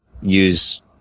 use